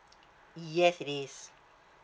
yes it is